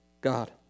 God